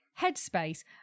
headspace